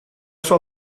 sua